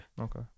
okay